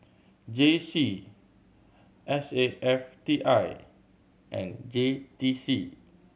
J C S A F T I and J T C